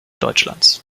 deutschlands